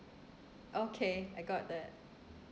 okay I got that